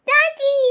Daddy，